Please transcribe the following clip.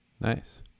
Nice